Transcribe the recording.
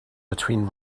between